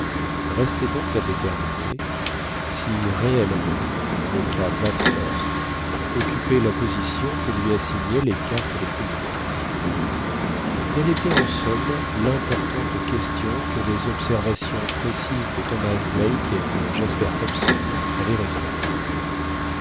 restait donc à déterminer si réellement le cap bathurst occupait la position que lui assignaient les cartes les plus modernes telle était en somme l'importante question que les observations précises de thomas black et de jasper hobson allaient résoudre